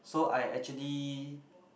so I actually